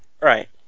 Right